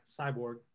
cyborg